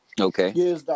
okay